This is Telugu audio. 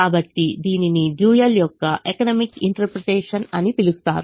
కాబట్టి దీనిని డ్యూయల్ యొక్క ఎకనామిక్ ఇంటర్ప్రిటేషన్ అని పిలుస్తారు